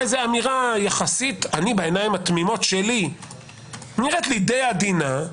איזו אמירה יחסית אני בעיני התמימות שנראית לי די עדינה.